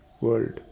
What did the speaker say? world